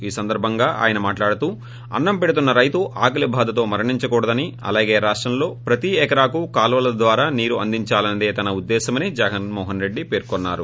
ఈ సందర్బంగా ఆయన మాట్లాడుతూ అన్నం పెడుతున్న రైతు ఆకలీ బాధతో మరణించకూడదని అలాగే రాష్టంలో ప్రతీ ఎకరాకు కాల్వల ద్వారా నీరు అందించాలన్నదే తన ఉద్దేశ్యమని జగన్మోహన్ రెడ్డి పేర్కొన్నారు